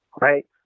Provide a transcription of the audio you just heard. Right